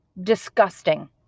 Disgusting